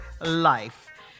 life